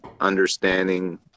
understanding